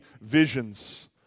visions